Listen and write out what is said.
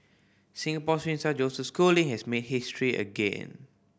Singapore swim star Joseph Schooling has made history again